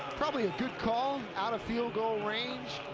probably a good call, out of field goal range,